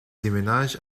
déménage